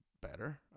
better